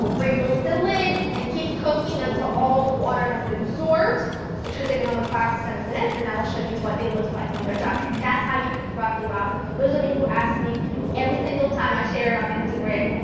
remove the lid, and keep cooking until all of the water has been absorbed which could take another five to seven minutes and i will show you what it looks like when they're done. and that's how you cook broccoli rabe, and for those of you who ask me every single time i share it on instagram,